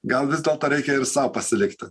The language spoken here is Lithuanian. gal vis dėlto reikia ir sau pasilikti